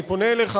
אני פונה אליך,